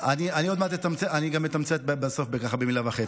אני גם אתמצת בסוף, ככה, במילה וחצי.